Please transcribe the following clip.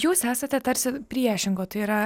jūs esate tarsi priešingo tai yra